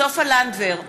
נגד סופה לנדבר,